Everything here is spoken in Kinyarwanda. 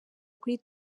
kuri